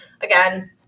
Again